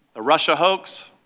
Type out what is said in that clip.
the russia hoax,